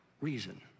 reason